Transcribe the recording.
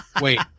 Wait